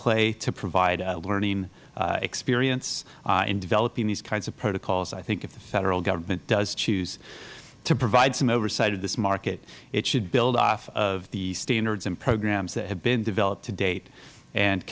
play to provide a learning experience in developing these kinds of protocols i think if the federal government does choose to provide some oversight of this market it should build off of the standards and programs that have been developed to date and